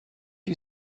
you